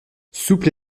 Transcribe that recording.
souple